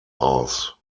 aus